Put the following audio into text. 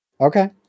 okay